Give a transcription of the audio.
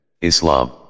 Islam